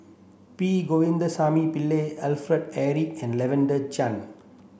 P Govindasamy Pillai Alfred Eric and Lavender Chang